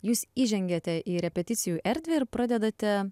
jūs įžengiate į repeticijų erdvę ir pradedate